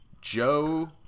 Joe